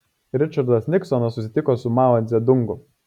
ričardas niksonas susitiko su mao dzedungu